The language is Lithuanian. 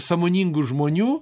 sąmoningų žmonių